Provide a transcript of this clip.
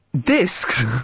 Discs